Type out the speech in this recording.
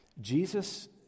Jesus